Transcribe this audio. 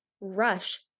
rush